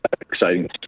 exciting